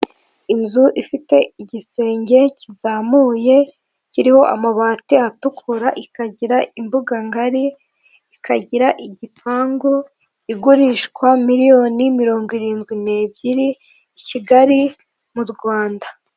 Inzu ifite igisenge kizamuye kiriho amabati atukura ikagira imbuganga ngari ikagira igipangu igurishwa miliyoni mirongo irindwi n'ebyiri i Kigali mu Rwanda.